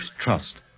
trust